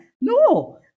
No